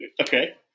Okay